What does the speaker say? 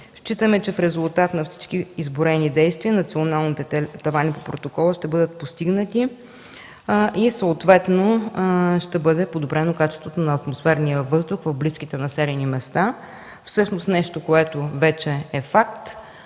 Считаме, че в резултат на всички изброени действия, националните тавани от протокола ще бъдат постигнати, съответно ще бъде подобрено качеството на атмосферния въздух в близките населени места. Всъщност вече е факт,